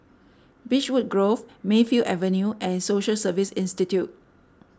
Beechwood Grove Mayfield Avenue and Social Service Institute